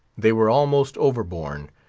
they were almost overborne,